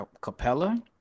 Capella